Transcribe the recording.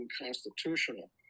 unconstitutional